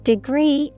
Degree